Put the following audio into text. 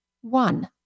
One